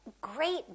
great